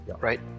right